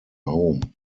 home